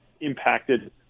impacted